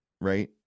right